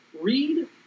Read